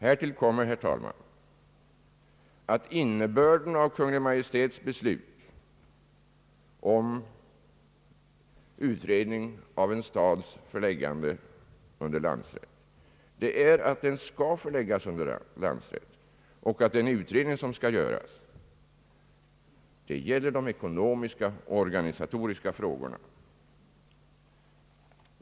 Härtill kommer, herr talman, att innebörden av Kungl. Maj:ts beslut om utredning av en stads förläggande under landsrätt är att den skall förläggas under landsrätt och att den utredning som skall göras gäller de ekonomiska och organisatoriska frågorna.